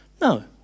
No